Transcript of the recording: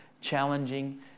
challenging